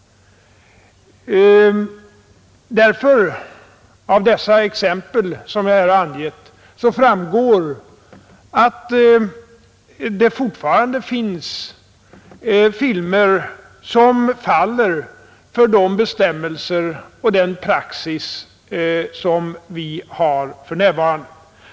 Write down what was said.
Av de exempel som jag här har angivit framgår att det fortfarande finns filmer som faller för de bestämmelser och den praxis som vi har för närvarande.